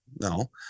no